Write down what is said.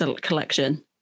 Collection